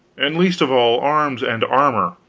and, least of all, arms and armor,